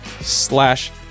Slash